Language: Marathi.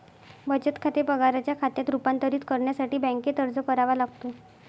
बचत खाते पगाराच्या खात्यात रूपांतरित करण्यासाठी बँकेत अर्ज करावा लागतो